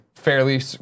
Fairly